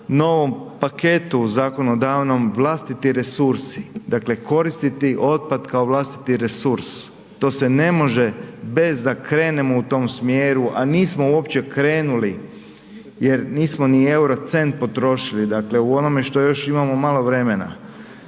novom paketu zakonodavnom vlastiti resursi, dakle koristiti otpad kao vlastiti resurs, to se ne može bez da krenemo u tom smjeru, a nismo uopće krenuli jer nismo ni eurocent potrošili, dakle u onome što još imamo malo vremena,